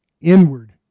Inward